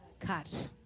cut